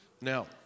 Now